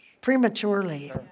prematurely